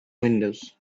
windows